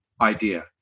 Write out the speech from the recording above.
idea